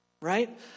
Right